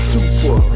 Super